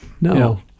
No